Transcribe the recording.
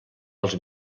els